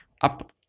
up